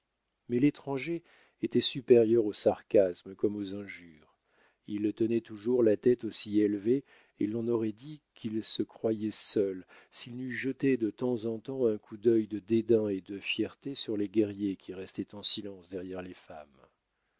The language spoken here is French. mais l'étranger était supérieur aux sarcasmes comme aux injures il tenait toujours la tête aussi élevée et l'on aurait dit qu'il se croyait seul s'il n'eût jeté de temps en temps un coup d'œil de dédain et de fierté sur les guerriers qui restaient en silence derrière les femmes